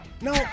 no